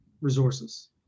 resources